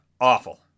awful